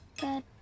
Good